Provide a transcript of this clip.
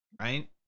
right